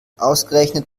ausgerechnet